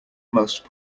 most